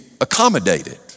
accommodated